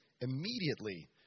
immediately